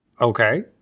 Okay